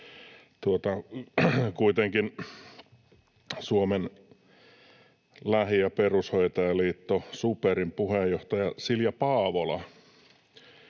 Kuitenkin Suomen lähi‑ ja perushoitajaliitto SuPerin puheenjohtaja Silja Paavola